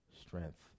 strength